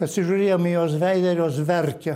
pasižiūrėjom į jos veidą ir jos verkė